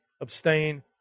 abstain